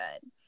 good